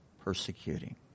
persecuting